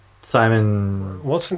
Simon